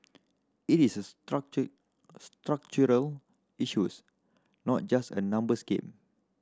it is a structure structural issues not just a numbers game